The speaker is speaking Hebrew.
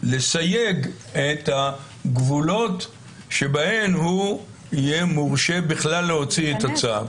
לסייג את הגבולות שבהן הוא יהיה מורשה בכלל להוציא את הצו.